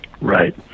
Right